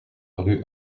rue